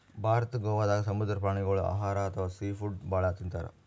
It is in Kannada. ಭಾರತದ್ ಗೋವಾದಾಗ್ ಸಮುದ್ರ ಪ್ರಾಣಿಗೋಳ್ ಆಹಾರ್ ಅಥವಾ ಸೀ ಫುಡ್ ಭಾಳ್ ತಿಂತಾರ್